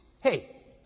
hey